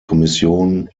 kommission